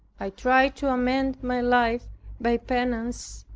i tried to amend my life by penance,